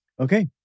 Okay